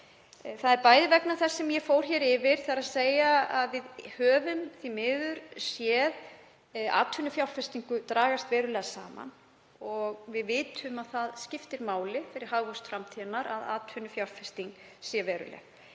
Það er m.a. vegna þess sem ég fór hér yfir, að við höfum því miður séð atvinnufjárfestingu dragast verulega saman og við vitum að það skiptir máli fyrir hagvöxt framtíðarinnar að atvinnufjárfesting sé veruleg.